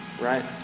Right